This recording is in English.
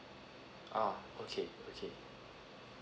ah okay okay